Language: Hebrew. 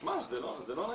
תשמע, זה לא נעים.